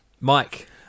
Mike